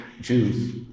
Jews